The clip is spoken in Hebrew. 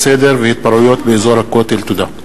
תודה.